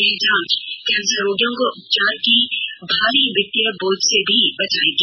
यह जांच कैंसर रोगियों को उपचार के भारी वित्तीय बोझ से भी बचाएगी